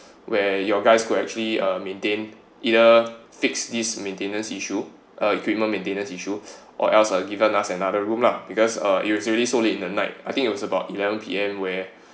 where your guys could actually uh maintain either fix these maintenance issue uh equipment maintenance issues or else uh given us another room lah because uh it was already so late in the night I think it was about eleven P_M where